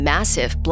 Massive